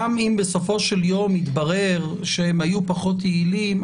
גם אם בסופו של יום יתברר שהם היו פחות יעילים,